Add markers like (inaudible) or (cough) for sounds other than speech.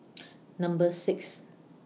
(noise) Number six